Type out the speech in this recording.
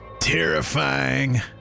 terrifying